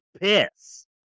piss